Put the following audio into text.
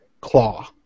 claw